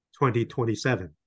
2027